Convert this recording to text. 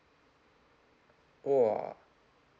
oh uh